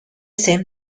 same